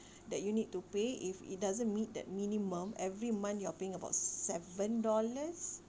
that you need to pay if it doesn't meet that minimum every month you are paying about seven dollars